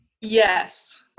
Yes